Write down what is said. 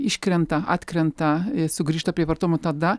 iškrenta atkrenta ir sugrįžta prie vartojimų tada